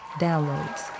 downloads